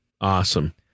Awesome